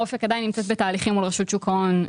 אופק נמצאת עדיין בתהליכים מול רשות שוק ההון,